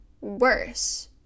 worse